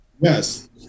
Yes